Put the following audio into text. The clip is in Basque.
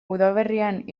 udaberrian